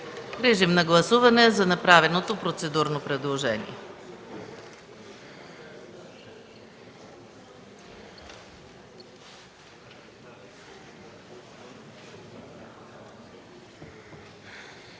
на гласуване направеното процедурно предложение.